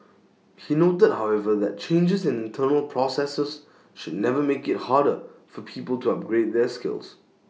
he noted however that changes in internal processes should never make IT harder for people to upgrade their skills